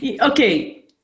Okay